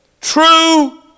True